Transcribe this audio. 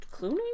Clooney